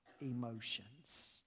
emotions